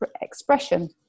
expression